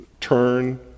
turn